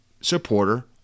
supporter